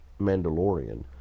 mandalorian